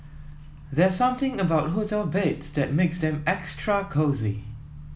there's something about hotel beds that makes them extra cosy